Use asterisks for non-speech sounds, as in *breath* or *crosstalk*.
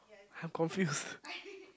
I'm confused *breath*